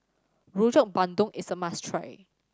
Rojak Bandung is a must try